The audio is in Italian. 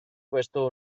questo